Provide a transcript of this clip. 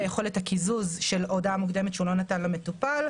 יכולת הקיזוז של הודעה מוקדמת שהוא לא נתן למטופל,